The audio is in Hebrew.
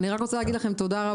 אני רק רוצה להגיד לכם תודה.